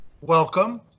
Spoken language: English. Welcome